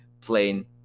plain